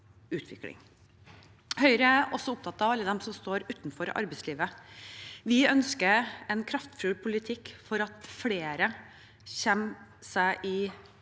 Høyre er også opptatt av alle dem som står utenfor arbeidslivet. Vi ønsker en kraftfull politikk for at flere kommer seg i